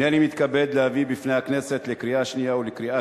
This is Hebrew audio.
הנני מתכבד להביא בפני הכנסת לקריאה שנייה ולקריאה